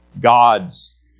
God's